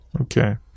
Okay